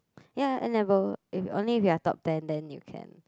ya and never if only you are top ten then you can